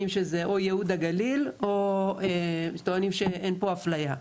שזה או ייהוד הגליל או טוענים שאין פה אפליה.